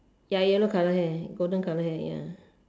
ya yellow colour hair golden colour hair ya